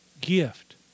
gift